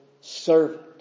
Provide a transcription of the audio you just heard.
servant